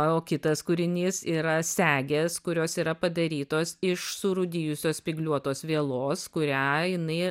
o kitas kūrinys yra segės kurios yra padarytos iš surūdijusios spygliuotos vielos kurią jinai